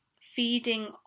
feeding